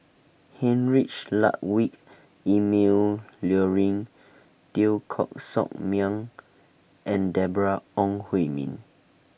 Heinrich Ludwig Emil Luering Teo Koh Sock Miang and Deborah Ong Hui Min